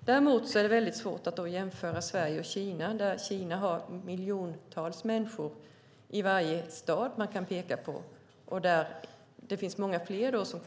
Däremot är det mycket svårt att jämföra Sverige och Kina. Kina har miljontals människor i varje stad. Det finns många fler som